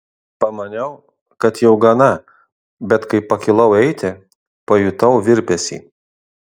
pamaniau kad jau gana bet kai pakilau eiti pajutau virpesį